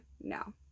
No